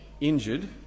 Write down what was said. injured